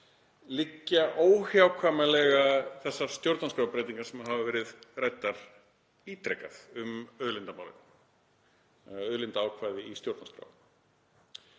liggja óhjákvæmilega þessar stjórnarskrárbreytingar sem hafa verið ræddar ítrekað um auðlindamálin, um auðlindaákvæði í stjórnarskrá.